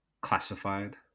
classified